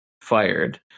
fired